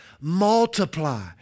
multiply